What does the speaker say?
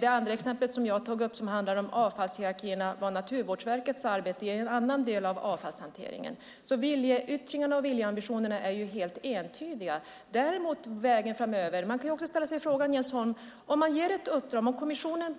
Det andra exempel som jag har tagit upp handlar om avfallshierarkierna och Naturvårdsverkets arbete i en annan del av avfallshanteringen. Viljeyttringarna och ambitionerna är helt entydiga. Man kan också ställa sig frågan, Jens Holm: Om man ger ett uppdrag och det i kommissionen